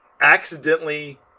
accidentally